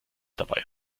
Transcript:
dabei